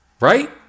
right